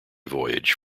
voyage